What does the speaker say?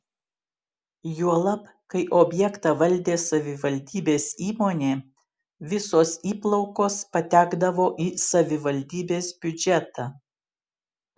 juolab kai objektą valdė savivaldybės įmonė visos įplaukos patekdavo į savivaldybės biudžetą